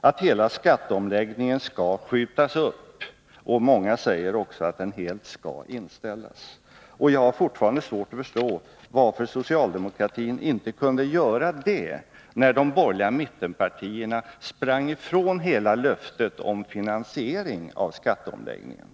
att hela skatteomläggningen skall skjutas upp. Många säger också att den skall inställas helt. Jag har fortfarande svårt att förstå varför socialdemokratin inte kunde göra det, när de borgerliga mittenpartierna sprang ifrån hela löftet om finansiering av skatteomläggningen.